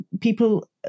people